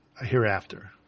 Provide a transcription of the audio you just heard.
Hereafter